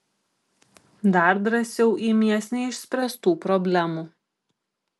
dar drąsiau imies neišspręstų problemų